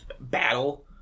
battle